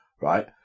right